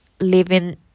living